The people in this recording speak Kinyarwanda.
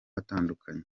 atandukanye